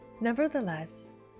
Nevertheless